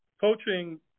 coaching